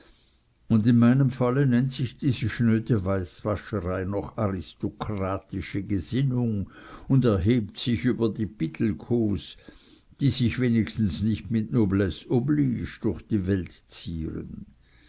und in meinem falle nennt sich diese schnöde weißwascherei noch aristokratische gesinnung und erhebt sich über die pittelkows die sich wenigstens nicht mit noblesse oblige durch die welt zieren